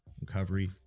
recovery